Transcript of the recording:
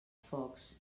focs